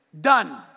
done